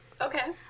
Okay